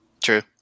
true